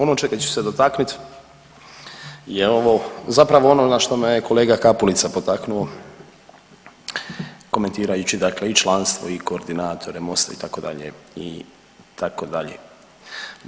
Ono čega ću se dotaknut je ovo zapravo ono na što me je kolega Kapulica potaknuo komentirajući dakle i članstvo i koordinatore MOST-a itd., itd.